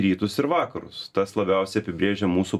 rytus ir vakarus tas labiausiai apibrėžia mūsų